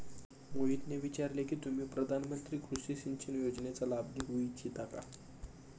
मोहितने विचारले की तुम्ही प्रधानमंत्री कृषि सिंचन योजनेचा लाभ घेऊ इच्छिता का?